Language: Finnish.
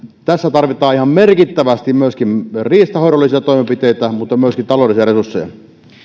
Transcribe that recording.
tässä tarvitaan ihan merkittävästi myöskin riistanhoidollisia toimenpiteitä mutta myöskin taloudellisia resursseja